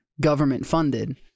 government-funded